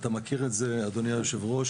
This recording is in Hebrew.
ואתה מכיר את זה אדוני היושב-ראש